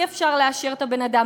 אי-אפשר לאשר את הבן-אדם.